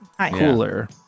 cooler